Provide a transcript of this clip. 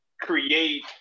create